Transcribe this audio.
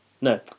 no